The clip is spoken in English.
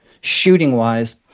shooting-wise